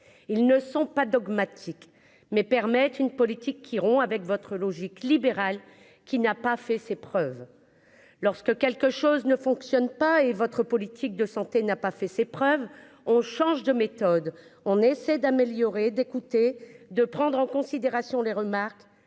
ils ne sont pas dogmatique, mais permet une politique qui rompt avec votre logique libérale qui n'a pas fait ses preuves, lorsque quelque chose ne fonctionne pas et votre politique de santé n'a pas fait ses preuves, on change de méthode, on essaie d'améliorer, d'écouter, de prendre en considération les remarques,